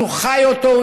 אז הוא חי אותו,